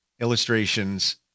illustrations